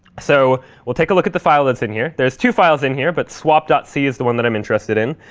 so we'll take a look at the file that's in here. there's two files in here. but so ah but ah is the one that i'm interested in.